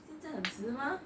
现在很迟吗